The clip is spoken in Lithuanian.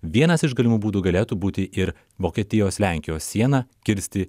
vienas iš galimų būdų galėtų būti ir vokietijos lenkijos sieną kirsti